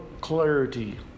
clarity